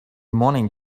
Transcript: morning